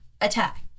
attack